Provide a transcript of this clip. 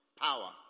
power